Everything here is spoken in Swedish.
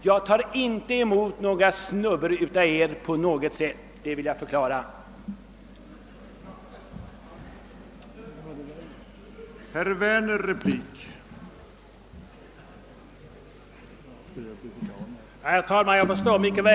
Jag har ingen anledning ta emot några som helst anmärkningar av Er.